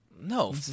No